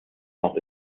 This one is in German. auch